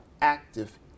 active